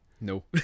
No